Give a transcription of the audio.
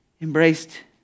embraced